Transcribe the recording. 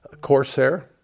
Corsair